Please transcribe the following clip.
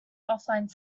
offline